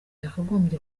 yakagombye